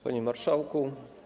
Panie Marszałku!